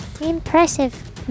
Impressive